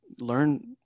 learn